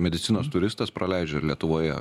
medicinos turistas praleidžia lietuvoje